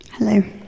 Hello